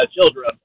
children